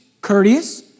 courteous